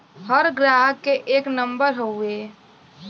हर ग्राहक के एक नम्बर हउवे